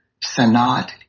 Sanat